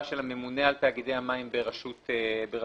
של הממונה על תאגידי המים ברשות המים,